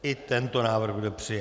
I tento návrh byl přijat.